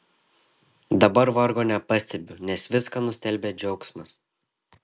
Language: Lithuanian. dabar vargo nepastebiu nes viską nustelbia džiaugsmas